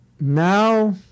Now